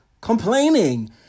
complaining